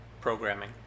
programming